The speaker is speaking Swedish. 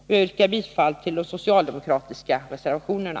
Jag yrkar bifall till de socialdemokratiska reservationerna.